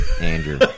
Andrew